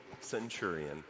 centurion